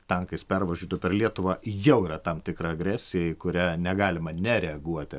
tankais pervažiuotų per lietuvą jau yra tam tikra agresija į kurią negalima nereaguoti